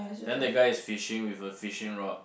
then the guy is fishing with a fishing rod